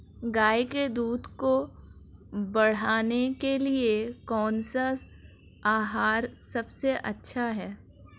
गाय के दूध को बढ़ाने के लिए कौनसा आहार सबसे अच्छा है?